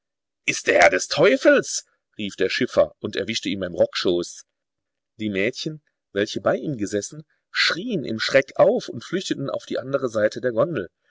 ist der herr des teufels rief der schiffer und erwischte ihn beim rockschoß die mädchen welche bei ihm gesessen schrieen im schreck auf und flüchteten auf die andere seite der gondel